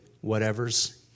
whatever's